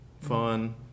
fun